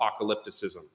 apocalypticism